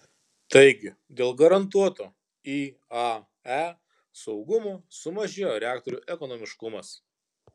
taigi dėl garantuoto iae saugumo sumažėjo reaktorių ekonomiškumas